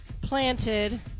planted